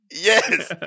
Yes